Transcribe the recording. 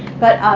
but